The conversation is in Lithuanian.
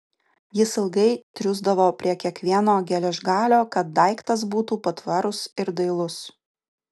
jis ilgai triūsdavo prie kiekvieno geležgalio kad daiktas būtų patvarus ir dailus